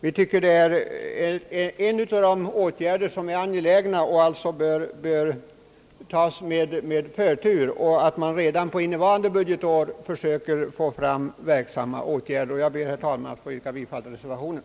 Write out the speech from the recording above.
Vi tycker att denna åtgärd hör till de angelägna och alltså bör tas med förtur. Det gäller att redan innevarande budgetår försöka sätta in åtgärder som är verksamma. Jag ber, herr talman, att få yrka bifall till reservationen.